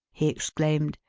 he exclaimed.